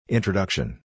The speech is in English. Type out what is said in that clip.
Introduction